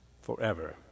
forever